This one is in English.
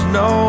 no